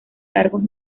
cargos